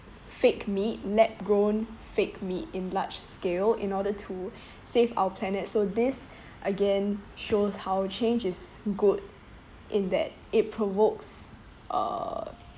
fake meat lab grown fake meat in large scale in order to save our planet so this again shows how change is good in that it provokes uh